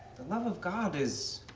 love of god is,